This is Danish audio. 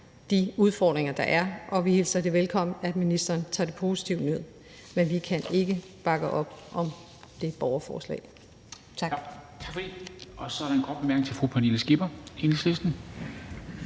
de udfordringer, der er, og vi hilser det velkommen, at ministeren tager det positivt ned. Men vi kan ikke bakke op om det borgerforslag. Kl.